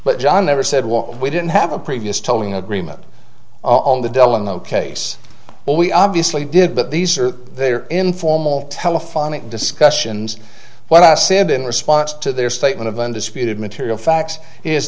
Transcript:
but john never said well we didn't have a previous tolling agreement on the dell in the case but we obviously did but these are they are informal telephonic discussions what i said in response to their statement of undisputed material facts is